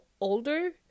older